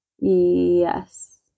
Yes